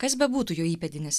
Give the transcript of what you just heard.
kas bebūtų jų įpėdinis